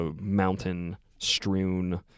mountain-strewn